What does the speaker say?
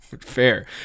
fair